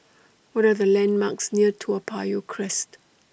What Are The landmarks near Toa Payoh Crest